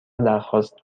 درخواست